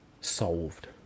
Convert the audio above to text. solved